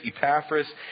Epaphras